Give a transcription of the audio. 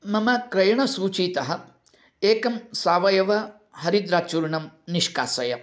मम क्रयणसूचीतः एकम् सावयव हरिद्राचूर्णम् निष्कासय